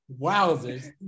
Wowzers